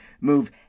move